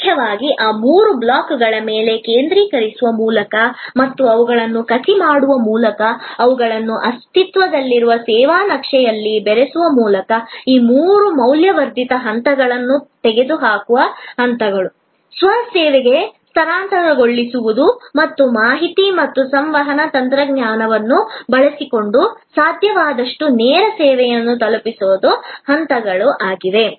ಮುಖ್ಯವಾಗಿ ಈ ಮೂರು ಬ್ಲಾಕ್ಗಳ ಮೇಲೆ ಕೇಂದ್ರೀಕರಿಸುವ ಮೂಲಕ ಮತ್ತು ಅವುಗಳನ್ನು ಕಸಿ ಮಾಡುವ ಮೂಲಕ ಅವುಗಳನ್ನು ಅಸ್ತಿತ್ವದಲ್ಲಿರುವ ಸೇವಾ ನಕ್ಷೆಯಲ್ಲಿ ಬೆರೆಸುವ ಮೂಲಕ ಈ ಮೂರು ಮೌಲ್ಯವರ್ಧಿತ ಹಂತಗಳನ್ನು ತೆಗೆದುಹಾಕುವ ಹಂತಗಳು ಸ್ವ ಸೇವೆಗೆ ಸ್ಥಳಾಂತರಿಸುವುದು ಮತ್ತು ಮಾಹಿತಿ ಮತ್ತು ಸಂವಹನ ತಂತ್ರಜ್ಞಾನವನ್ನು ಬಳಸಿಕೊಂಡು ಸಾಧ್ಯವಾದಷ್ಟು ನೇರ ಸೇವೆಯನ್ನು ತಲುಪಿಸುವ ಹಂತಗಳು ಆಗಿವೆ